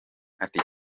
ati